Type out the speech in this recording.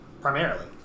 Primarily